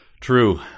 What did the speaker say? True